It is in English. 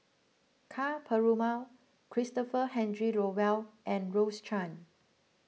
Ka Perumal Christopher Henry Rothwell and Rose Chan